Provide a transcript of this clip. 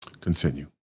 Continue